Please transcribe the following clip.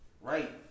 Right